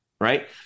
Right